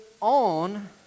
on